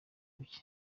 bye